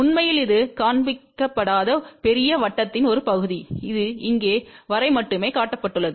உண்மையில் இது காண்பிக்கப்படாத பெரிய வட்டத்தின் ஒரு பகுதி இது இங்கே வரை மட்டுமே காட்டப்பட்டுள்ளது